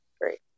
great